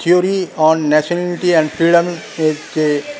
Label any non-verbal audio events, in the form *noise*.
theory on nationality and filament *unintelligible*